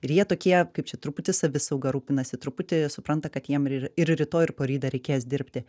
ir jie tokie kaip čia truputį savisauga rūpinasi truputį supranta kad jiem ir ir rytoj ir poryt dar reikės dirbti